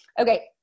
okay